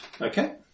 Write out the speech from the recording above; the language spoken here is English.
Okay